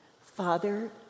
father